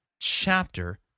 chapter